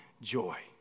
joy